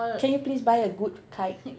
can you please buy a good kite